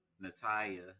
Natalia